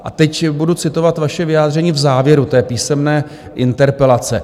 A teď budu citovat vaše vyjádření v závěru písemné interpelace: